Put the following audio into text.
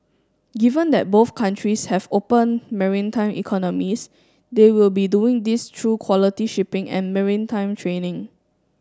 given that both countries have open maritime economies they will be doing this through quality shipping and maritime training